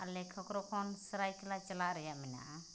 ᱟᱞᱮ ᱠᱷᱚᱠᱨᱚ ᱠᱷᱚᱱ ᱥᱟᱨᱟᱭᱠᱮᱞᱞᱟ ᱪᱟᱞᱟᱜ ᱨᱮᱭᱟᱜ ᱢᱮᱱᱟᱜᱼᱟ